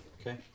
Okay